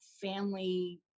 family